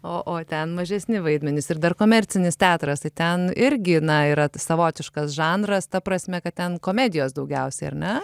o o ten mažesni vaidmenys ir dar komercinis teatras tai ten irgi na yra savotiškas žanras ta prasme kad ten komedijos daugiausiai ar ne